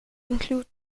include